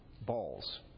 balls